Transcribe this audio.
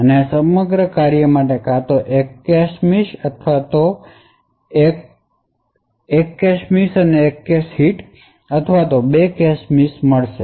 આપણે સમગ્ર કાર્ય માટે કાં તો એક કેશ મિસ અને એક કેશ હિટ અથવા બે કેશ મિસ મળશે